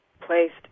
placed